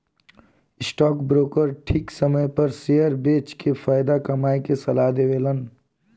stock broker ठीक समय पर शेयर बेच के फायदा कमाये के सलाह देवेलन